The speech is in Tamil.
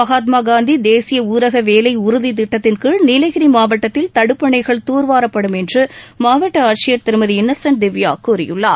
மகாத்மா காந்தி தேசிய ஊரக வேலை உறுதி திட்டத்தின் கீழ் நீலகிரி மாவட்டத்தில் தடுப்பணைகள் தூர்வாரப்படும் என்று மாவட்ட ஆட்சியர் திருமதி இன்னசென்ட் திவ்யா கூறியுள்ளார்